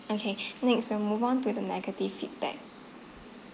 okay next we move on to the negative feedback